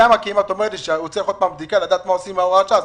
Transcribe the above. אם את אומרת לי שהוא צריך עוד פעם בדיקה לדעת מה עושים עם הוראת השעה,